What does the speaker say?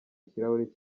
ikirahuri